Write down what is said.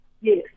yes